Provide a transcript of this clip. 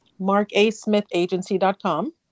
Markasmithagency.com